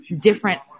different